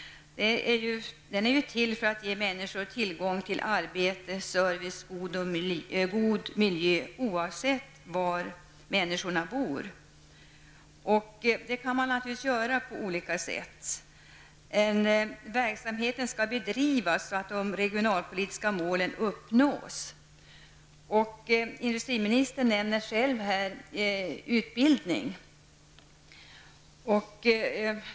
Den är till för att ge människor tillgång till arbete, service och god miljö, oavsett var människorna bor. Det kan man naturligtvis göra på olika sätt. Verksamheten skall bedrivas så att de regionalpolitiska målen uppnås. Industriministern nämner själv utbildning.